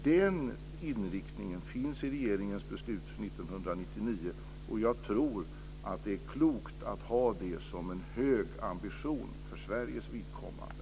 Den inriktningen finns i regeringens beslut från 1999, och jag tror att det är klokt att ha det som en hög ambition för Sveriges vidkommande.